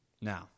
Now